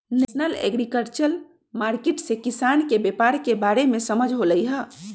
national agriculture market से किसान के व्यापार के बारे में समझ होलई ह